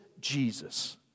Jesus